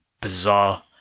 bizarre